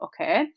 okay